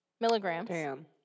milligrams